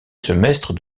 semestre